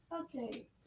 Okay